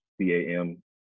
C-A-M